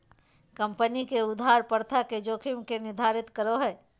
company के उधार प्रथा के जोखिम के निर्धारित करो हइ